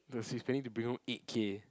plus he's planning to bring home eight-K